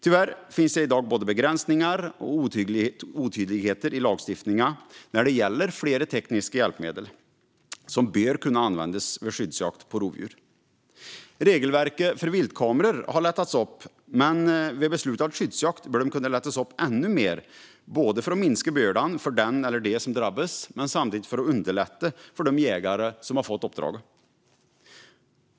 Tyvärr finns det i dag både begränsningar och otydligheter i lagstiftningen när det gäller flera tekniska hjälpmedel som bör kunna användas vid skyddsjakt på rovdjur. Regelverket för viltkameror har lättats upp, men vid beslutad skyddsjakt bör de kunna lättas upp ännu mer för att både minska bördan för den eller de som drabbats och underlätta för de jägare som har fått uppdraget.